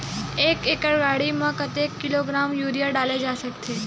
एक एकड़ म कतेक किलोग्राम यूरिया डाले जा सकत हे?